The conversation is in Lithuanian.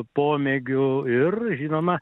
pomėgiu ir žinoma